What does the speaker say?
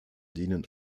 dienen